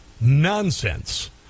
nonsense